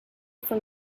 from